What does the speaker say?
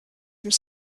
some